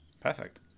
perfect